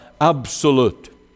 absolute